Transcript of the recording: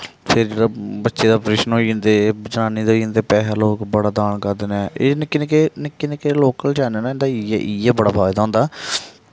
फिर जेह्ड़ा बच्चे दा आप्रैशन होई जंदे जनानी दा होई जंदे पैसा लोक बड़ा दान करदे न एह् निक्के निक्के निक्के निक्के लोकल चैनल न इं'दा इ'यै इ'यै बड़ा फायदा होंदा